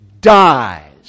dies